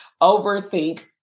Overthink